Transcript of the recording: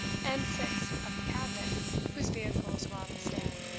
and sixth of the cabmen whose vehicles were on the stand.